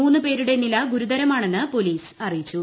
മൂന്ന് പേരുടെ നില ഗുരുതരമാണെന്ന് പൊലീസ് അറിയിച്ചു